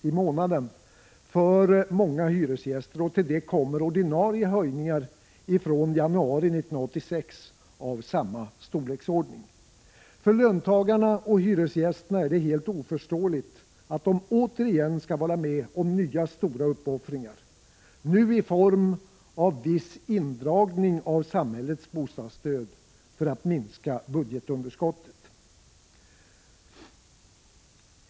i månaden för många hyresgäster. Till detta kommer ordinarie höjningar i samma storleksordning från januari 1986. För löntagarna och hyresgästerna är det helt oförståeligt att de återigen skall vara med om nya stora uppoffringar, nu i form av en viss indragning av samhällets bostadsstöd, för att minska budgetunderskottet.